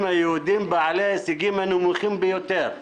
היהודים בעלי ההישגים הנמוכים ביותר,